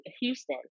Houston